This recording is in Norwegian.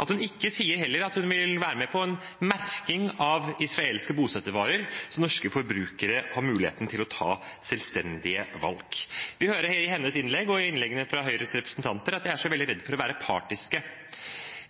at hun heller ikke sier at hun vil være med på en merking av israelske bosettervarer, så norske forbrukere har muligheten til å ta selvstendige valg. Vi hører i hennes innlegg og i innleggene fra Høyres representanter at de er veldig redd for å være partiske.